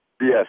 Yes